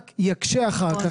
זה רק יקשה אחר כך.